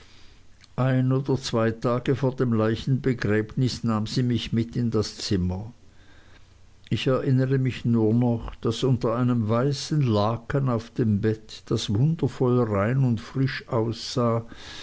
ein oder zwei tage vor dem leichenbegängnis nahm sie mich mit in das zimmer ich erinnere mich nur noch daß unter einem weißen laken auf dem bett das wundervoll rein und frisch aussah